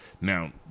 Now